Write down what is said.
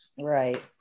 right